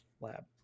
Lab